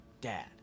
dad